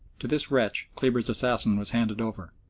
to this wretch kleber's assassin was handed over,